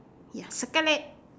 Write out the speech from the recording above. ya circle red